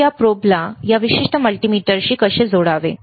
तर या प्रोबला या विशिष्ट मल्टीमीटरशी कसे जोडावे